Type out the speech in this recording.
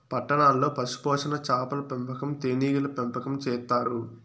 పట్టణాల్లో పశుపోషణ, చాపల పెంపకం, తేనీగల పెంపకం చేత్తారు